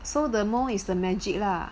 so the old is the magic lah